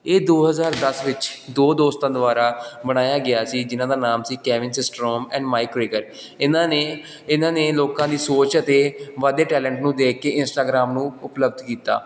ਇਹ ਦੋ ਹਜ਼ਾਰ ਦਸ ਵਿੱਚ ਦੋ ਦੋਸਤਾਂ ਦੁਆਰਾ ਬਣਾਇਆ ਗਿਆ ਸੀ ਜਿਹਨਾਂ ਦਾ ਨਾਮ ਸੀ Kevin Systrom and Mike Krieger ਇਹਨਾਂ ਨੇ ਇਹਨਾਂ ਨੇ ਲੋਕਾਂ ਦੀ ਸੋਚ ਅਤੇ ਵੱਧਦੇ ਟੈਲੈਂਟ ਨੂੰ ਦੇਖ ਕੇ ਇੰਸਟਾਗਰਾਮ ਨੂੰ ਉਪਲਬਧ ਕੀਤਾ